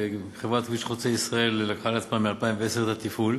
וחברת "כביש חוצה ישראל" לקחה על עצמה מ-2010 את התפעול,